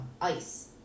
ice